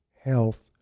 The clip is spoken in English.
health